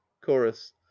Chorus